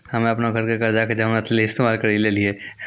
हम्मे अपनो घरो के कर्जा के जमानत लेली इस्तेमाल करि लेलियै